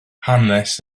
hanes